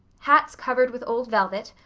hats covered with old velvet,